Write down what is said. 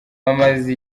bamaze